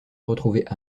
retrouver